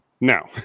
now